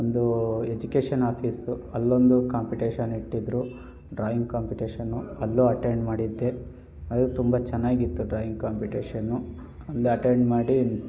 ಒಂದು education office ಅಲ್ಲೊಂದು competition ಇಟ್ಟಿದ್ದರು ಡ್ರಾಯಿಂಗ್ ಕಾಂಪಿಟೇಶನು ಅಲ್ಲೂ ಅಟೆಂಡ್ ಮಾಡಿದ್ದೆ ಅದು ತುಂಬ ಚೆನ್ನಾಗಿತ್ತು ಡ್ರಾಯಿಂಗ್ ಕಾಂಪಿಟೇಶನು ಒಂದು ಅಟೆಂಡ್ ಮಾಡಿ